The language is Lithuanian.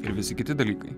ir visi kiti dalykai